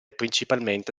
principalmente